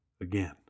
again